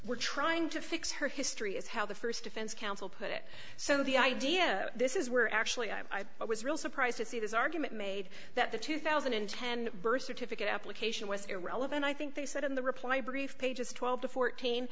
we're trying to fix her history is how the st defense counsel put it so the idea this is where actually i was real surprised to see this argument made that the two thousand and ten birth certificate application with irrelevant i think they said in the reply brief pages twelve to fourteen